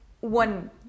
one